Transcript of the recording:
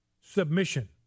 submission